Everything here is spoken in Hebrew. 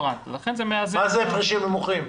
מה זה הפרשים נמוכים?